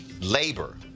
labor